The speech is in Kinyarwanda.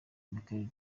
michael